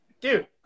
dude